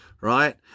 Right